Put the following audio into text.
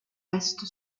reste